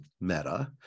Meta